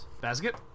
basket